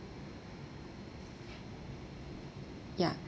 ya